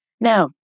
Now